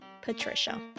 Patricia